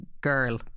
girl